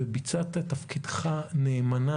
וביצעת את תפקידך נאמנה,